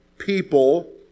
people